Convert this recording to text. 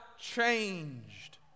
changed